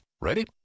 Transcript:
Ready